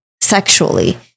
sexually